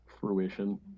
Fruition